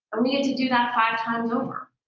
and we had to do that five times over.